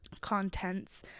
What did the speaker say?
contents